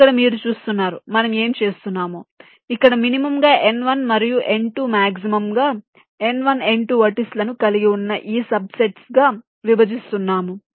ఇక్కడ మీరు చూస్తున్నారు మనం ఏమి చేస్తున్నామో ఇక్కడ మినిమం గా n1 మరియు n2 మాక్సిమం గా n1 n2 వెర్టిసిస్ లను కలిగి ఉన్న 2 సబ్ సెట్స్ గా విభజిస్తున్నాము